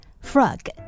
frog